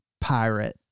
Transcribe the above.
pirate